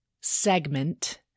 segment